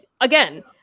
again—